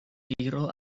tiro